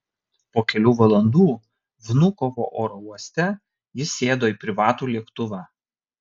po kelių valandų vnukovo oro uoste jis sėdo į privatų lėktuvą